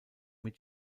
mit